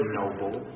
noble